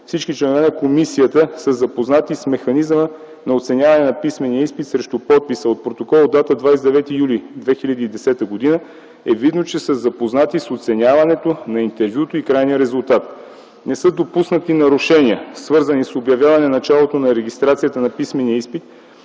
всички членове на комисията са запознати с механизма на оценяване на писмения изпит срещу подпис, а от протокол с дата 29 юли 2010 г. е видно, че са запознати с оценяването на интервюто и крайния резултат. Не са допуснати нарушения, свързани с обявяване началото на регистрацията на писмения изпит